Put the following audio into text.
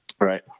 Right